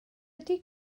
ydy